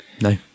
No